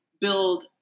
build –